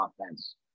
offense